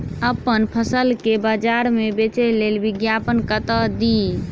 अप्पन फसल केँ बजार मे बेच लेल विज्ञापन कतह दी?